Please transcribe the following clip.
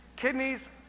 Kidneys